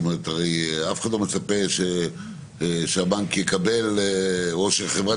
הרי אף אחד לא מצפה שהבנק יקבל או שחברת